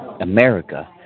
America